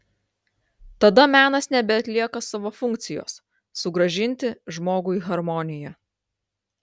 tada menas nebeatlieka savo funkcijos sugrąžinti žmogui harmoniją